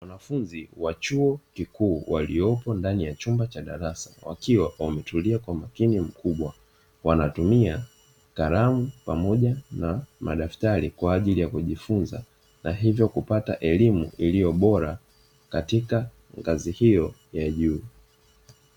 Wanafunzi wa chuo kikuu waliopo ndani ya chumba cha darasa wakiwa wametulia kwa umakini mkubwa, wanatumia kalamu pamoja na madaftari kwa ajili ya kujifunza na hivyo kupata elimu iliyobora katika ngazi hiyo ya juu.